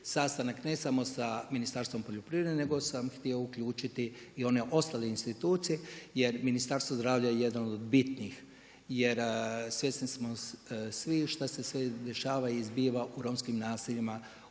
sastanak ne samo sa Ministarstvom poljoprivrede nego sam htio uključiti i one ostale institucije jer Ministarstvo zdravlja je jedan od bitnih. Jer svjesni smo svi šta se dešava i zbiva u romskim naseljima,